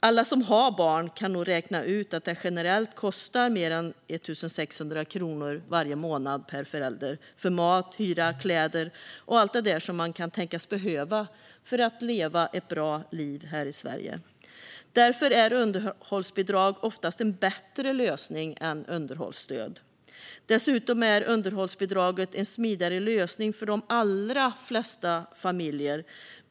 Alla som har barn kan nog räkna ut att det generellt kostar mer än 1 600 kronor varje månad per förälder för mat, hyra, kläder och allt det där som man kan tänkas behöva för att leva ett bra liv här i Sverige. Därför är underhållsbidrag oftast en bättre lösning än underhållsstöd. Dessutom är underhållsbidraget en smidigare lösning för de allra flesta familjer.